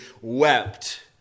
wept